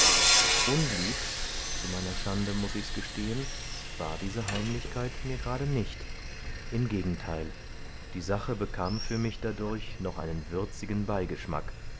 unlieb zu meiner schande muß ich's gestehen war diese heimlichkeit mir grade nicht im gegenteil die sache bekam für mich dadurch noch einen würzigen beigeschmack